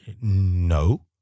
no